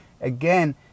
again